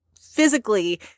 physically